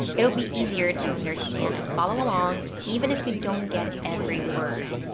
it'll be easier to understand and follow along even if you don't get every word.